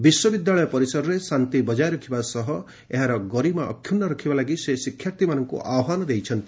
ବିଶ୍ୱବିଦ୍ୟାଳୟ ପରିସରରେ ଶାନ୍ତି ବଜାୟ ରଖିବା ସହ ଏହାର ଗରିମା ଅକ୍ଷୁର୍ଶ୍ଣ ରଖିବା ଲାଗି ସେ ଶିକ୍ଷାର୍ଥୀମାନଙ୍କୁ ଆହ୍ପାନ ଦେଇଛନ୍ତି